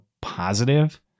positive